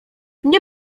nie